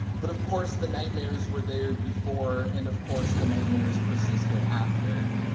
but of course the nightmares were there before and of course the nightmares persisted after.